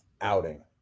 outing